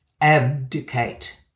Abdicate